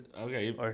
okay